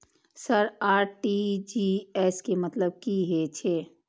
Sir RTGS के मतलब की हे छे?